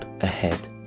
ahead